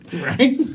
Right